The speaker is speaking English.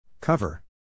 Cover